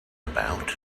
about